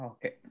Okay